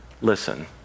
listen